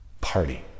Party